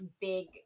big